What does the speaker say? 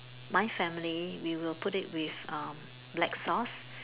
my family we will put it with um black sauce